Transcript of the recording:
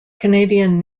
canadian